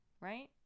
right